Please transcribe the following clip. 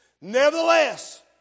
Nevertheless